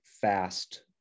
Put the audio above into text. fast